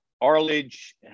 Arledge